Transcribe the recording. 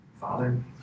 Father